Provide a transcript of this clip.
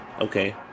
Okay